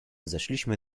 zeszliśmy